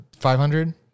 500